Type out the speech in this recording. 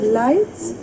lights